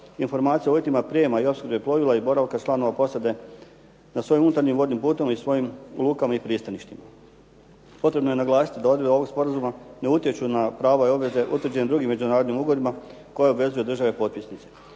informacije o uvjetima prijema i opskrbe plovila i boravka članova posade na svojim unutarnjim vodnim putovima i svojim lukama i pristaništima. Potrebno je naglasiti da odredbe ovog sporazuma ne utječu na prava i obveze utvrđene drugim međunarodnim ugovorima koje obvezuje države potpisnice.